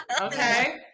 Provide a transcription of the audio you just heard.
okay